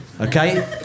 okay